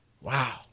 Wow